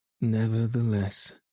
Nevertheless